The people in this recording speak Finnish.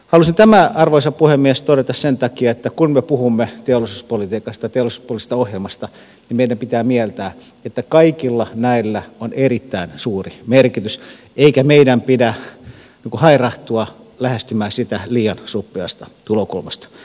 halusin tämän arvoisa puhemies todeta sen takia että kun me puhumme teollisuuspolitiikasta ja teollisuuspoliittisesta ohjelmasta meidän pitää mieltää että kaikilla näillä on erittäin suuri merkitys eikä meidän pidä hairahtua lähestymään niitä liian suppeasta tulokulmasta